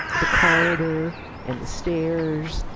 the corridor and the stairs,